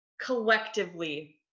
collectively